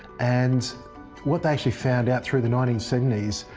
and what they actually found out, through the nineteen seventy s,